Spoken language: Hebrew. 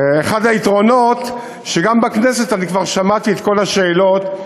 אחד היתרונות הוא שגם בכנסת אני כבר שמעתי את כל השאלות,